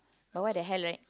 but what the hell right